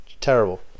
Terrible